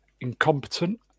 incompetent